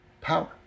power